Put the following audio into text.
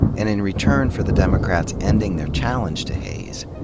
and in return for the democrats ending their challenge to hayes,